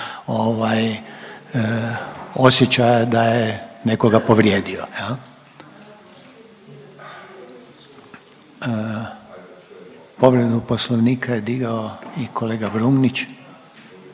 osjećaja da je nekoga povrijedio. Povredu Poslovnika je digao i kolega Brumnić.